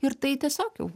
ir tai tiesiog jau